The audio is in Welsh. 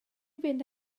fynd